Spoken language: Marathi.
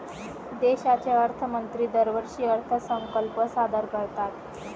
देशाचे अर्थमंत्री दरवर्षी अर्थसंकल्प सादर करतात